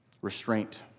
Restraint